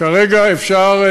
כרגע אפשר,